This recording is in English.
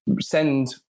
send